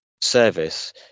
service